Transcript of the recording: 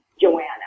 Joanna